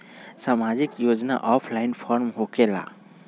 समाजिक योजना offline form होकेला?